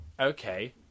Okay